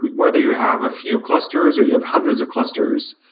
whether you have a few clusters or you have hundreds of clusters,